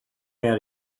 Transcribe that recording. out